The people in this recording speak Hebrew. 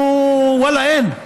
ואנחנו, ואללה, אין.